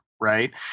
Right